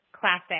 Classic